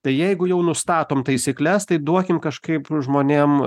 tai jeigu jau nustatom taisykles tai duokim kažkaip žmonėm